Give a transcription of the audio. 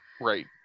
Right